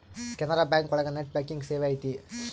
Canara bank ಒಳಗ net banking ಸೇವೆ ಐತಿ